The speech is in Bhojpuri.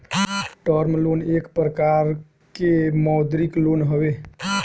टर्म लोन एक प्रकार के मौदृक लोन हवे